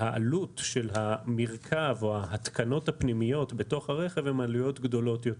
והעלות של המרכב או ההתקנות הפנימיות בתוך הרכב הן עלויות גדולות יותר.